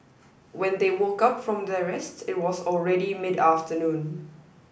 when they woke up from their rest it was already mid afternoon